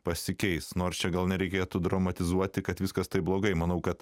pasikeis nors čia gal nereikėtų dramatizuoti kad viskas taip blogai manau kad